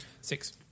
Six